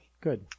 Good